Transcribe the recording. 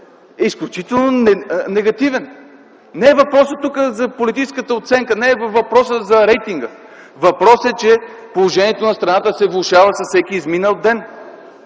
е изключително негативен. Въпросът тук не е за политическата оценка, въпросът не е за рейтинга. Въпросът е, че положението на страната се влошава с всеки изминал ден.